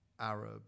Arab